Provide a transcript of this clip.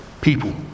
people